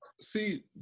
See